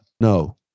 No